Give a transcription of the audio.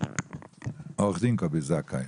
עו"ד קובי זכאי,